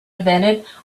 invented